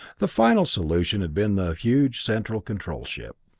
the final solution had been the huge central control ship.